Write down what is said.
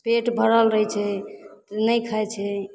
पेट भरल रहै छै तऽ नहि खाइ छै